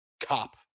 cop